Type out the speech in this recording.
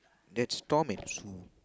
that's Tom and Sue